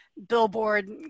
billboard